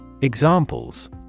Examples